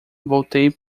voltei